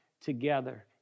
together